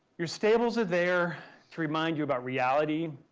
your stables are there to remind you about reality